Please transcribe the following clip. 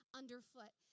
underfoot